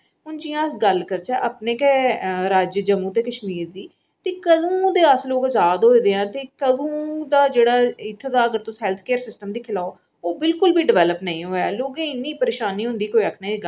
जि'यां अस गल्ल करचै अपने गै राज्य जम्मू ते कश्मीर दी ते कदूं दे अस लोक आजाद होएं दे ऐ ते कदूं दा इत्थूं दा तुस अगर हैल्थ केयर सिस्टम दिक्खी लैओ ओह् बिल्कुल बी ड़वैलप नेईं होए दा ऐ लोकें गी इन्नी परेशानी होंदी कोई आखने दी गल्ल नीं